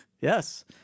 Yes